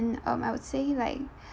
um I would say like